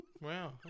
Wow